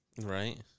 Right